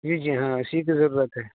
جی جی ہاں اسی کی ضرورت ہے